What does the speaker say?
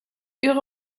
ihre